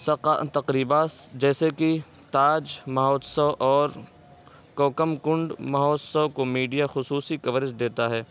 ثقافت تقریبات جیسے کہ تاج مہوتسو اور کوکم کنڈ مہوتسو کو میڈیا خصوصی کوریج دیتا ہے